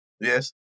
Yes